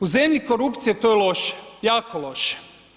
U zemlji korupcije to je loše, jako loše.